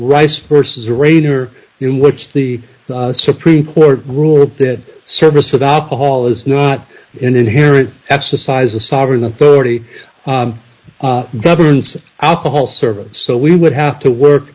rice versus rain or in which the supreme court ruled that service of alcohol is not an inherent exercise a sovereign authority governs alcohol service so we would have to work